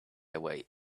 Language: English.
away